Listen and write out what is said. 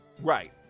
Right